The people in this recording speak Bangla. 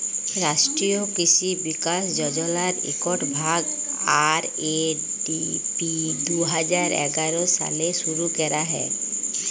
রাষ্ট্রীয় কিসি বিকাশ যজলার ইকট ভাগ, আর.এ.ডি.পি দু হাজার এগার সালে শুরু ক্যরা হ্যয়